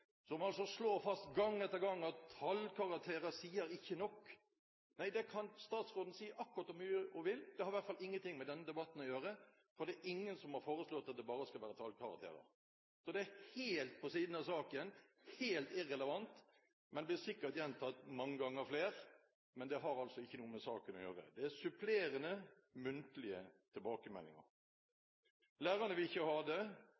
som slår fast gang etter gang at tallkarakterer sier ikke nok. Nei, det kan statsråden si akkurat så mye hun vil. Det har i alle fall ingenting med denne debatten å gjøre, for det er ingen som har foreslått at det bare skal være tallkarakterer. Det er helt på siden av saken, helt irrelevant. Det vil sikkert bli gjentatt flere ganger, men det har altså ikke noe med saken å gjøre. Det er supplerende, muntlige tilbakemeldinger. Lærerne vil ikke ha det,